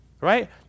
Right